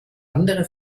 andere